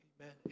Amen